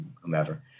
whomever